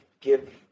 give